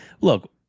look